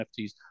NFTs